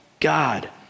God